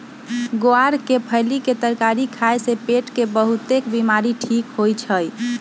ग्वार के फली के तरकारी खाए से पेट के बहुतेक बीमारी ठीक होई छई